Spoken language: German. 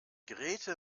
grete